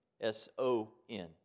S-O-N